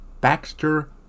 Baxter